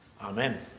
Amen